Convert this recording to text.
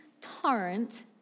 torrent